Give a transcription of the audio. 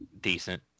decent